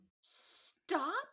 Stop